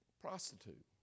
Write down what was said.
Prostitute